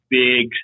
big